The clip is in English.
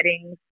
settings